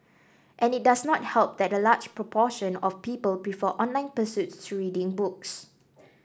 and it does not help that a large proportion of people before online pursuits to reading books